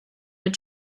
your